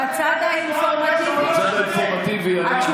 אני לא נכנס לוויכוח האידיאולוגי,